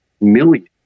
millions